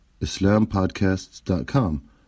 islampodcasts.com